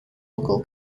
local